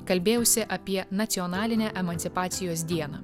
kalbėjausi apie nacionalinę emancipacijos dieną